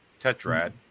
Tetrad